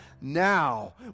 now